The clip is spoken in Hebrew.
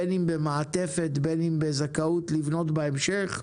בין אם במעטפת, בין אם בזכאות לבנות בהמשך.